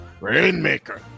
Rainmaker